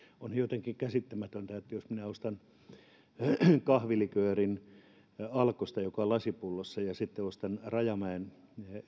on jotenkin käsittämätöntä että jos minä ostan alkosta kahviliköörin joka on lasipullossa ja sitten ostan kaupasta rajamäen